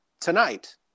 tonight